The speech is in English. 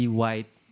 white